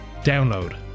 Download